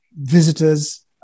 visitors